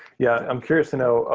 yeah, i'm curious to know.